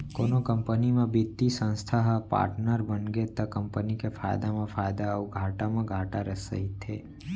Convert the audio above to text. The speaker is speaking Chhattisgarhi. कोनो कंपनी म बित्तीय संस्था ह पाटनर बनगे त कंपनी के फायदा म फायदा अउ घाटा म घाटा सहिथे